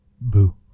Boo